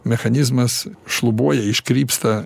mechanizmas šlubuoja iškrypsta